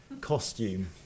costume